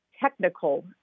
technical